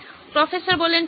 professor ঠিক আছে